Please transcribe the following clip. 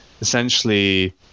essentially